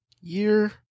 year